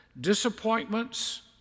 Disappointments